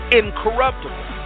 incorruptible